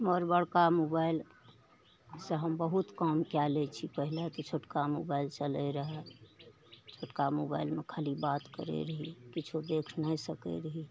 हमर बड़का मोबाइल से हम बहुत काम कए लै छी पहिले तऽ छोटका मोबाइल चलै रहए छोटका मोबाइलमे खाली बात करै रहियै किछु देखि नहि सकै रहियै